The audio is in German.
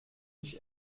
mich